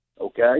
Okay